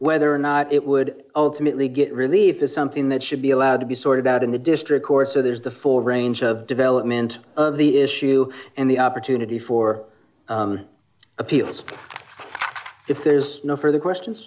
whether or not it would ultimately get relief is something that should be allowed to be sorted out in the district court so there's the four range of development of the issue and the opportunity for appeals if there's no further questions